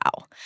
Wow